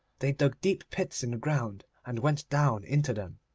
they dug deep pits in the ground and went down into them.